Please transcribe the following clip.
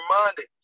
reminded